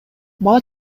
бала